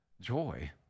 joy